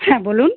হ্যাঁ বলুন